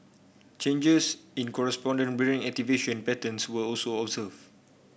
changes in corresponding brain activation patterns were also observed